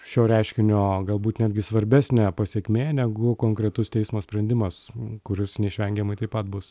šio reiškinio galbūt netgi svarbesnė pasekmė negu konkretus teismo sprendimas kuris neišvengiamai taip pat bus